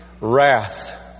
wrath